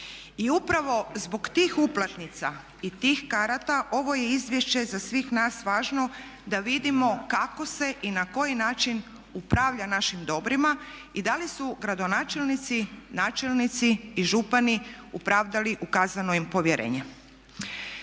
I upravo zbog tih uplatnica i tih karata, ovo je izvješće za sve nas važno da vidimo kako se i na koji način upravlja našim dobrima i da li su gradonačelnici, načelnici i župani opravdali ukazano im povjerenje.